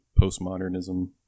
postmodernism